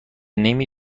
نمی